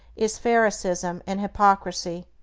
is pharisaism and hypocrisy,